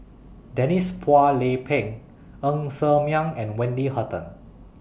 Denise Phua Lay Peng Ng Ser Miang and Wendy Hutton